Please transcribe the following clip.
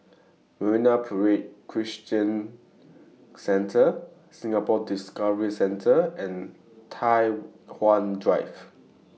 Marine Parade Christian Centre Singapore Discovery Centre and Tai Hwan Drive